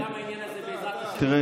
וגם העניין הזה, בעזרת השם,